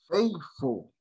Faithful